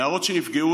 נערות שנפגעו,